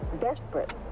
desperate